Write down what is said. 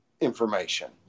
information